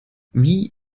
wie